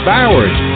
Bowers